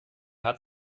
hat